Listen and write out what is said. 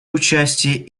участие